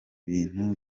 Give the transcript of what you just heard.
bintu